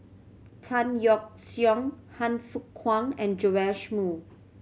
Tan Yeok Seong Han Fook Kwang and Joash Moo